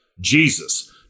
Jesus